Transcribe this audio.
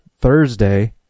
Thursday